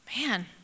Man